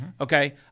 Okay